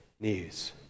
news